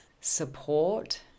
support